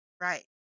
right